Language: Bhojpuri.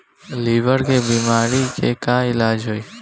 लीवर के बीमारी के का इलाज होई?